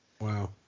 wow